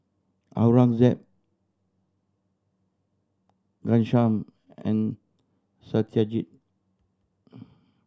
Aurangzeb Ghanshyam and Satyajit